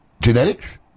Genetics